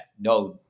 no